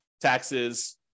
taxes